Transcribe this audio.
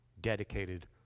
dedicated